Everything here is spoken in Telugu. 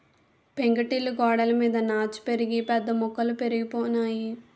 పెంకుటిల్లు గోడలమీద నాచు పెరిగి పెద్ద మొక్కలు పెరిగిపోనాయి